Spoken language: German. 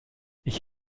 ich